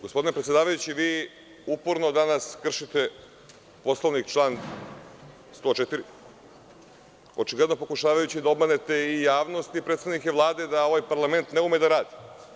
Gospodine predsedavajući, vi uporno danas kršite Poslovnik, član 104, očigledno pokušavajući da obmanete i javnost i predstavnike Vlade da ovaj parlament ne ume da radi.